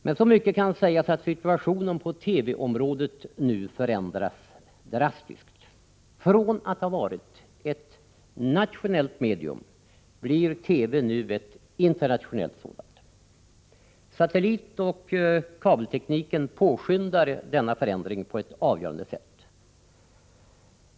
Men så mycket kan sägas att situationen på TV-området nu förändras drastiskt. Från att ha varit ett nationellt medium blir TV nu ett internationellt sådant. Satellitoch kabeltekniken påskyndar denna förändring på ett avgörande sätt.